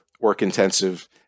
work-intensive